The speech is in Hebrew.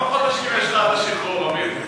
כמה חודשים יש לך עד השחרור, עמיר?